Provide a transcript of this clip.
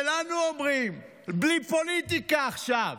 ולנו אומרים: בלי פוליטיקה עכשיו.